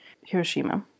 hiroshima